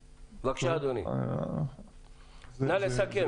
בבקשה, אדוני, נא לסכם.